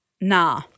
Nah